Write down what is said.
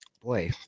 boy